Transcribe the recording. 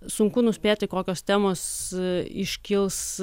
sunku nuspėti kokios temos iškils